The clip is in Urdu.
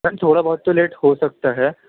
میم تھوڑا بہت تو لیٹ ہو سکتا ہے